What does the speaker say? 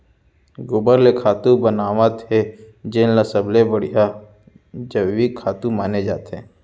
गोबर ले खातू बनावत हे जेन ल सबले बड़िहा जइविक खातू माने जाथे